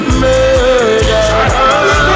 murder